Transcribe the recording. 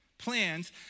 plans